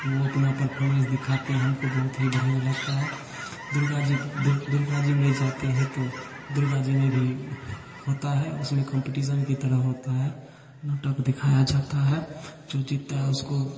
वो अपना परर्फोमेंस दिखाते हैं हमको बहुत ही बढ़िया लगता है दुर्गा जी दुर्गा जी में जाते हैं तो दुर्गा जी में भी होता है उसमें कोंपटिशन की तरह होता है नाटक दिखाया जाता है जो जीतता है उसको